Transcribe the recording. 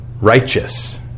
righteous